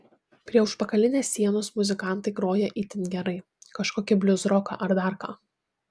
prie užpakalinės sienos muzikantai groja itin gerai kažkokį bliuzroką ar dar ką